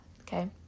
Okay